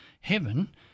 heaven